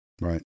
Right